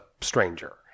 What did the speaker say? stranger